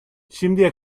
şimdiye